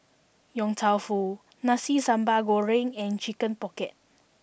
Yong Tau Foo Nasi Sambal Goreng and Chicken Pocket